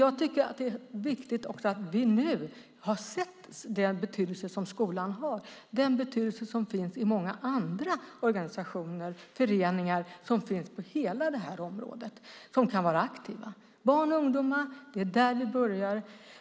Det är viktigt att vi nu har sett den betydelse som skolan har, den betydelse som finns i många andra organisationer och föreningar som finns på hela det här området och som kan vara aktiva. Barn och ungdomar - det är där det börjar.